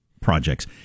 projects